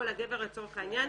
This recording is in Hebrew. או לגבר לצורך העניין,